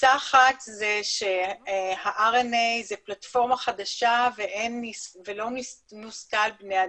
תפיסה אחת היא שהרנ"א הוא פלטפורמה חדשה שלא נוסתה על בני אדם.